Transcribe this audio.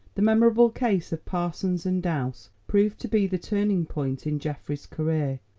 the memorable case of parsons and douse proved to be the turning point in geoffrey's career,